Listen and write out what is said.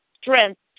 strength